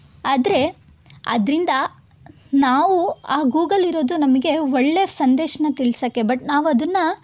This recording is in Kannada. ಆದರೆ ಅದರಿಂದ ನಾವು ಆ ಗೂಗಲಿರೋದು ನಮಗೆ ಒಳ್ಳೆ ಸಂದೇಶನ ತಿಳ್ಸೋಕ್ಕೆ ಬಟ್ ನಾವು ಅದನ್ನ